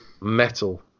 metal